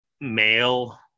Male